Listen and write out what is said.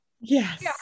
Yes